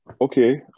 okay